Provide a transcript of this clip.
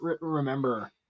remember